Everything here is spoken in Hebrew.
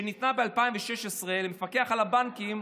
שניתנה ב-2016 למפקח על הבנקים